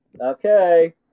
Okay